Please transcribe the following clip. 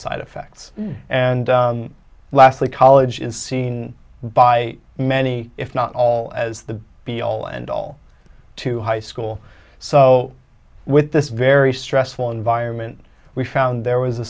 side effects and lastly college is seen by many if not all as the be all end all to high school so with this very stressful environment we found there was a